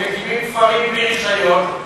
הם מקימים כפרים בלי רישיון,